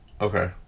Okay